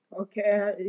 Okay